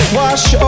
wash